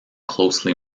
closely